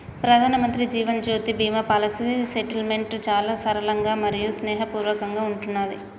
ప్రధానమంత్రి జీవన్ జ్యోతి బీమా పాలసీ సెటిల్మెంట్ చాలా సరళంగా మరియు స్నేహపూర్వకంగా ఉంటున్నాది